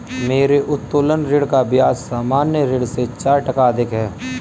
मेरे उत्तोलन ऋण का ब्याज सामान्य ऋण से चार टका अधिक है